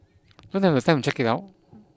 don't have the time to check it out